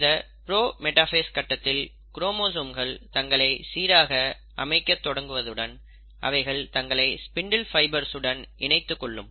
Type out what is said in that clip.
இந்த prometaphase கட்டத்தில் குரோமோசோம்கள் தங்களை சீராக அமைக்க தொடங்குவதுடன் அவைகள் தங்களை ஸ்பிண்டில் ஃபைபர்ஸ் உடன் இணைத்துக் கொள்ளும்